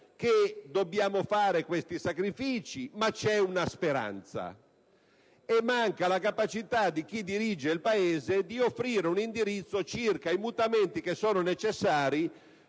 che dobbiamo fare questi sacrifici, ma c'è una speranza, e manca la capacità di chi dirige il Paese di offrire un indirizzo circa i mutamenti che sono necessari